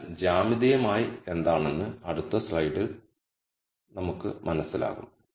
ഇത് ജ്യാമിതീയമായി എന്താണെന്ന് അടുത്ത സ്ലൈഡിൽ നമുക്ക് മനസ്സിലാകും